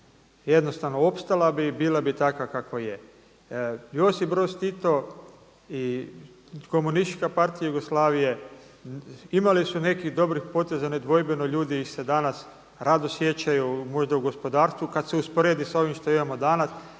jednostavno opstala bi i bila bi takva kakva je. Josip Broz Tito i KPJ imali su nekih dobrih poteza, nedvojbeno ljudi ih se danas rado sjećaju, možda u gospodarstvu kada se usporedi s ovim što imamo danas,